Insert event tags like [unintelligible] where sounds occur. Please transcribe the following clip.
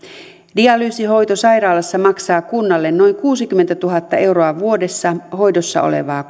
dialyysihoito sairaalassa maksaa kunnalle noin kuusikymmentätuhatta euroa vuodessa hoidossa olevaa [unintelligible]